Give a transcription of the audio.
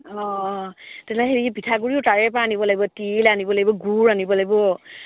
অঁ অঁ তেনেহ'লে হেৰি পিঠাগুৰিও তাৰে পৰা আনিব লাগিব তিল আনিব লাগিব গুৰ আনিব লাগিব